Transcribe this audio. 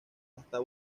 hasta